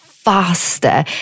Faster